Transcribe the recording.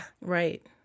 right